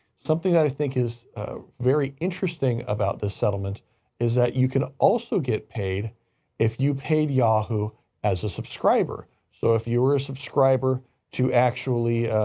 something that i think is very interesting about this settlement is that you can also get paid if you paid yahoo as a subscriber. so if you were a subscriber to actually,